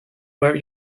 where